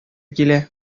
килә